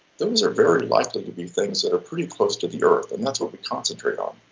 those are very likely to be things that are pretty close to the earth, and that's what we concentrate on.